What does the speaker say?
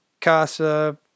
casa